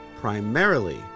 primarily